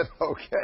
okay